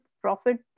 profit